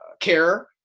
care